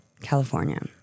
California